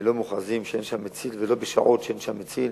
לא מוכרזים שאין שם מציל, ולא בשעות שאין שם מציל.